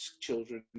Children